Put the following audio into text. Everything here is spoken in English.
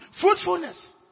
Fruitfulness